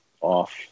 off